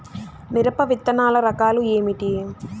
మిరప విత్తనాల రకాలు ఏమిటి?